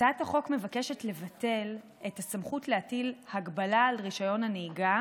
הצעת החוק מבקשת לבטל את הסמכות להטיל הגבלה על רישיון הנהיגה